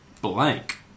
blank